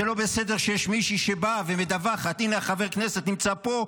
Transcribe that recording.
זה לא בסדר שיש מישהי שבאה ומדווחת: הינה חבר הכנסת נמצא פה,